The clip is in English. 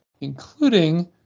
including